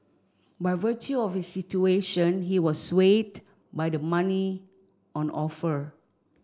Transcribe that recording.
by virtue of situation he was swayed by the money on offer